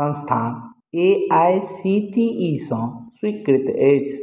संस्थान A I C T E सँ स्वीकृत अछि